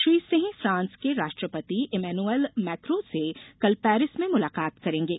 Shri Singh France के राष्ट्रपति Emmanuel Macron से कल पेरिस में मुलाकात करेंगे